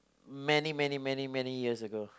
many many many many years ago